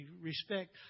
respect